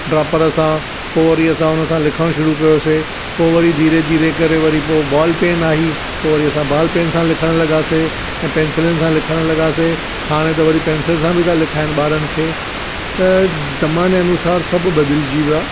dropper सां पोइ वरी असां हुन सां लिखणु शुरु कयोसीं पोइ वरी धीरे धीरे करे वरी पोइ बॉल पैन आई पोइ वरी असां बॉल पैन सां लिखणु लॻासीं ऐं पेंसिलिन सां लिखणु लॻासीं हाणे त वरी पेंसिल सां बि था लिखाइनि ॿारनि खे त ज़माने जे अनुसारु सभु बदिलजी वियो आहे